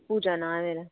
पूजा नांऽ ऐ मेरा